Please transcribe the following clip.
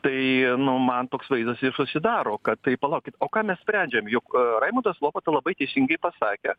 tai nu man toks vaizdas ir susidaro kad tai palaukit o ką mes sprendžiam juk raimundas lopata labai teisingai pasakė